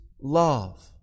love